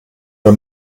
wer